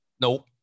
Nope